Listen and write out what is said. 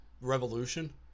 Revolution